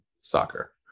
soccer